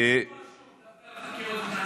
נשמח לשמוע שוב לגבי החקירות.